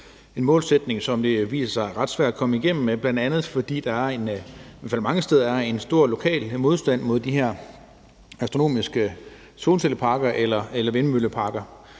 en målsætning, som det viser sig at være ret svært at komme igennem med, bl.a. fordi der i hvert fald mange steder er en stor lokal modstand mod de her astronomiske solcelleparker eller vindmølleparker.